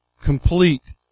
complete